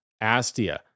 Astia